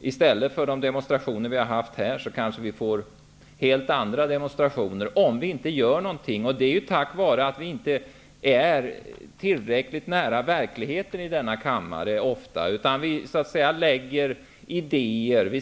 I stället för de demonstrationer vi har haft här kanske vi, om vi inte gör någonting, får helt andra demonstrationer, och detta på grund av att vi i denna kammare ofta inte befinner oss tillräckligt nära verkligheten. Tidigare